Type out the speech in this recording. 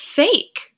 fake